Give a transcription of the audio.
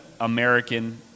American